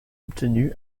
obtenu